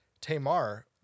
Tamar